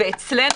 ואצלנו,